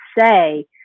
say